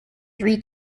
three